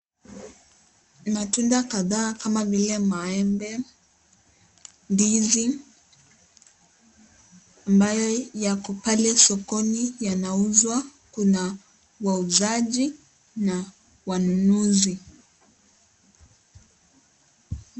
Matunda kadhaa kama vile, maembe, ndizi ambayo yako pale sokoni yanauzwa. Kuna wauzaji na wanunuzi.